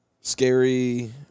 scary